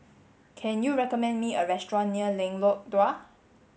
can you recommend me a restaurant near Lengkok Dua